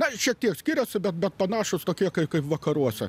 ai šiek tiek skiriasi bet bet panašūs tokie kaip vakaruose